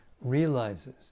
realizes